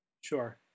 Sure